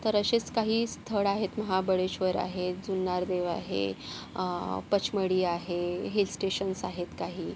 तर असेच काही स्थळ आहेत महाबळेश्वर आहे जुन्नारदेव आहे पचमढ़ी आहे हिल स्टेशन्स आहेत काही